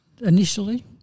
initially